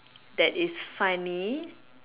that is funny